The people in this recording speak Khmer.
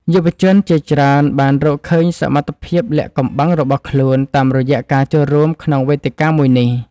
យុវជនជាច្រើនបានរកឃើញសមត្ថភាពលាក់កំបាំងរបស់ខ្លួនតាមរយៈការចូលរួមក្នុងវេទិកាមួយនេះ។